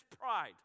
pride